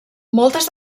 moltes